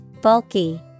Bulky